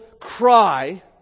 cry